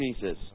Jesus